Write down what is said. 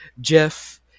Jeff